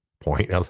point